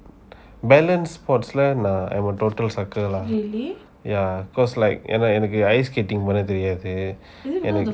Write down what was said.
balance sports learn ah I am total sucker lah yeah cause like என்ன என்னக்கு:enna ennaku ice skating பண்ண தெரியாது:panna teriyathu